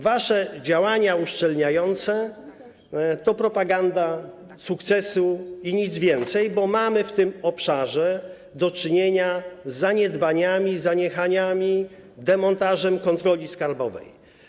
Wasze działania uszczelniające to propaganda sukcesu i nic więcej, bo mamy w tym obszarze do czynienia z zaniedbaniami, zaniechaniami, demontażem kontroli skarbowej.